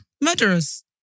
Murderers